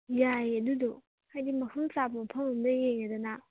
ꯌꯥꯏꯌꯦ ꯑꯗꯨꯗꯣ ꯍꯥꯏꯗꯤ ꯃꯐꯝ ꯆꯥꯕ ꯃꯐꯝ ꯑꯃꯗ ꯌꯦꯡꯉꯦꯗꯅ